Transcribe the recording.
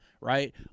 right